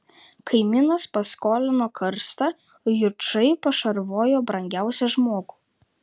kaimynas paskolino karstą jučai pašarvojo brangiausią žmogų